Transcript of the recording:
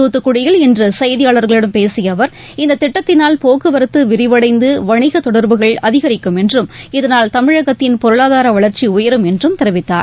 தூத்துக்குடியில் இன்றுசெய்தியாளர்களிடம் பேசியஅவர் இந்ததிட்டத்தினால் போக்குவரத்துவிரிவடைந்து வணிகதொடர்புகள் அதிகரிக்கும் என்றும் இதனால் தமிழகத்தின் பொருளாதாரவளர்ச்சிஉயரும் என்றம் தெரிவித்தார்